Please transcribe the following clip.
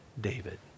David